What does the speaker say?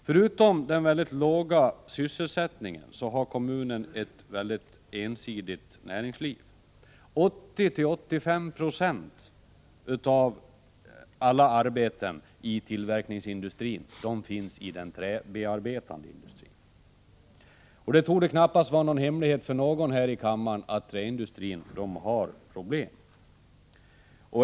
Förutom den låga sysselsättningen har kommunen ett mycket ensidigt näringsliv. 80-85 20 av alla arbeten i tillverkningsindustrin finns i den träbearbetande industrin. Det torde knappast vara en hemlighet för någon här i kammaren att träindustrin har problem.